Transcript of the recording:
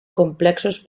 complexos